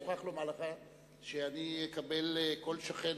מוכרח לומר לך שאני אקבל כל שכן,